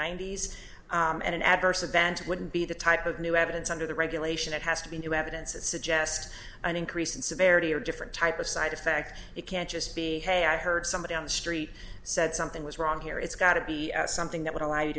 ninety's and an adverse event wouldn't be the type of new evidence under the regulation it has to be new evidence that suggest an increase in severely or different type of side effect you can't just be hey i heard somebody on the street said something was wrong here it's got to be something that would allow you